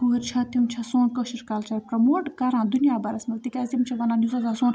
کورِ چھِ تِم چھِ سوٗن کٲشُر کَلچَر پرٛیٚموٹ کَران دُنیا بھَرَس مَنٛز تِکیٛازِ تِم چھِ وَنان یُس ہَسا سوٗن